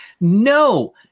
No